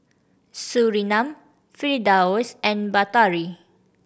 Surinam Firdaus and Batari